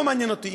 לא מעניין אותי.